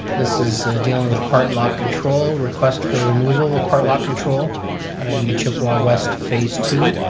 this is dealing with part lot control. request for removal of part lock control in the chippewa west phase two.